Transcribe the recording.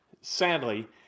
Sadly